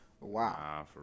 Wow